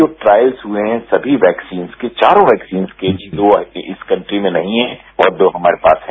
जो ट्रायल्स हुए है सभी वैक्सीन की चारों वैक्सीन की जो अभी इस कंट्री में नहीं है और जो हमारे पास है